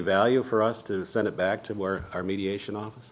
value for us to send it back to where our mediation office